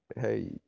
hey